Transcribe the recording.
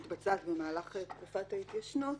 להימנות תקופת ההתיישנות,